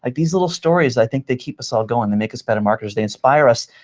ah these little stories, i think they keep us all going. they make us better marketers. they inspire us.